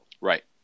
Right